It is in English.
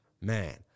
Man